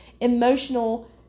emotional